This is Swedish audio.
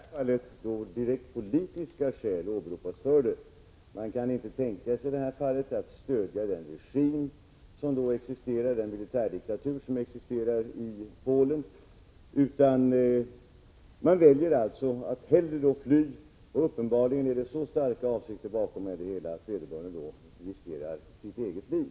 Herr talman! Men hur är det om — som i detta fall — direkt politiska skäl åberopas? Det gäller en person som inte kan tänka sig att stödja den regim som styr i hemlandet, militärdiktaturen i Polen, utan väljer att hellre fly. Uppenbarligen finns det så starka avsikter bakom att vederbörande riskerar sitt eget liv.